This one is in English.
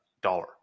dollar